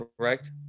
correct